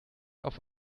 auf